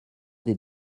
did